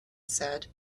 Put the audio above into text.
said